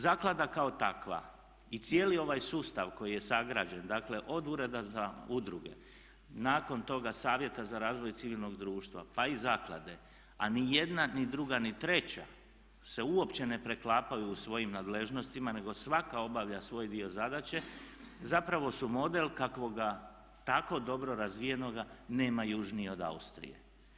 Zaklada kao takva i cijeli ovaj sustav koji je sagrađen, dakle od Ureda za udruge, nakon toga Savjeta za razvoj civilnog društva pa i zaklade a ni jedna, ni druga, ni treća se uopće ne preklapaju u svojim nadležnostima nego svaka obavlja svoj dio zadaće zapravo su model kakvoga tako dobro razvijenoga nema južnije od Austrije.